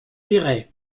péray